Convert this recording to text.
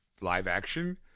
live-action